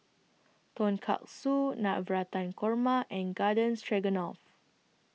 Tonkatsu Navratan Korma and Garden Stroganoff